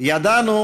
ידענו